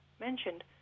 mentioned